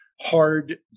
hard